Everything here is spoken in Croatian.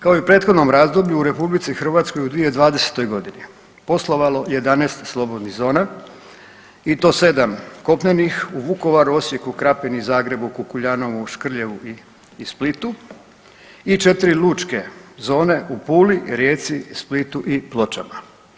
Kao i u prethodnom razdoblju u RH je u 2020.g. poslovalo 11 slobodnih zona i to 7 kopnenih u Vukovaru, Osijeku, Krapini, Zagrebu, Kukuljanovu, Škrljevu i, i Splitu i 4 lučke zone u Puli, Rijeci, Splitu i Pločama.